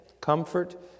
Comfort